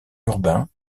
urbain